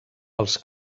els